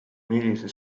millise